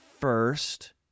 first